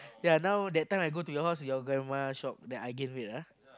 yea now that time I go to your house your grandma shock that I gain weight ah